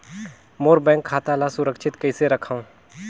मोर bank खाता ला सुरक्षित कइसे रखव?